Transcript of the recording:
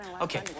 Okay